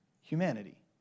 humanity